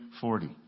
forty